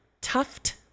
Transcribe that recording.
Tuft